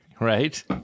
Right